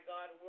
God